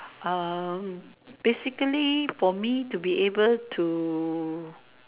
um basically for me to be able to